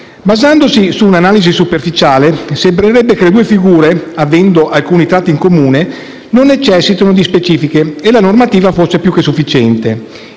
Basandosi su un'analisi superficiale sembrerebbe che le due figure, avendo alcuni tratti in comune, non necessitino di specifiche e che la normativa fosse più che sufficiente.